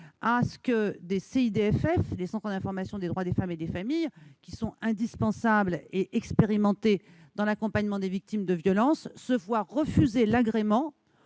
conséquence, des centres d'information sur les droits des femmes et des familles (CIDFF), qui sont indispensables et expérimentés dans l'accompagnement des victimes de violences, se voient refuser l'agrément